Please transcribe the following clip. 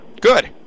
Good